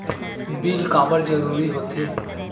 Bill काबर जरूरी होथे?